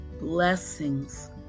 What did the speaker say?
Blessings